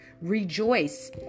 rejoice